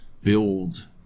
build